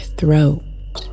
throat